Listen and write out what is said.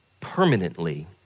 permanently